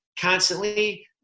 constantly